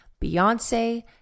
Beyonce